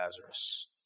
Lazarus